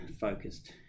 focused